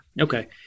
Okay